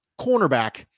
cornerback